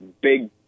big